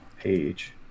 page